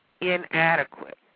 inadequate